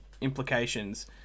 implications